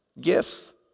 gifts